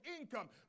income